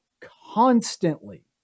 constantly